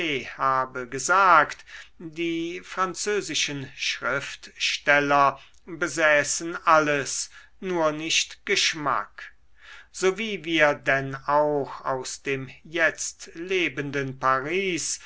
habe gesagt die französischen schriftsteller besäßen alles nur nicht geschmack so wie wir denn auch aus dem jetzt lebenden paris